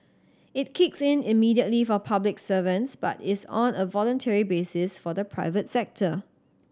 it kicks in immediately for public servants but is on a voluntary basis for the private sector